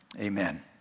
amen